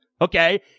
Okay